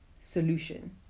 solution